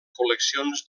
col·leccions